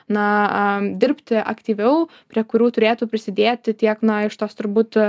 na dirbti aktyviau prie kurių turėtų prisidėti tiek na iš tos turbūt